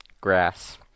Grass